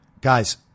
Guys